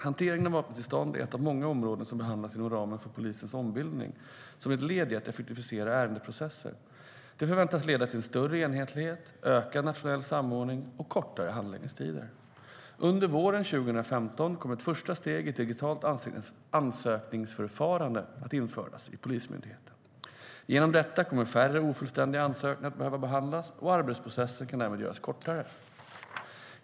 Hanteringen av vapentillstånd är ett av många områden som behandlas inom ramen för polisens ombildning, som ett led i att effektivisera ärendeprocesser. Det förväntas leda till större enhetlighet, ökad nationell samordning och kortare handläggningstider. Under våren 2015 kommer ett första steg i ett digitalt ansökningsförfarande att införas i Polismyndigheten. Genom detta kommer färre ofullständiga ansökningar att behöva behandlas, och arbetsprocessen kan därmed göras kortare.